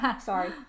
Sorry